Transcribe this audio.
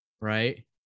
right